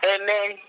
Amen